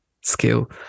skill